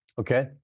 Okay